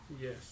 Yes